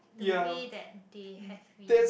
the way that they have win